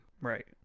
Right